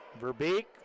Verbeek